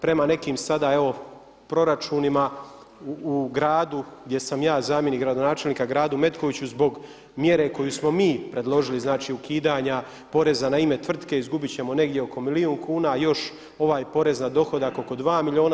Prema nekim sada evo proračunima u gradu gdje sam ja zamjenik gradonačelnika Gradu Metkoviću zbog mjere koju smo mi predložili, znači ukidanja poreza na ime tvrtke izgubit ćemo negdje oko milijun kuna a još ovaj porez na dohodak oko 2 milijuna.